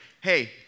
hey